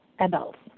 adults